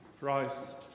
Christ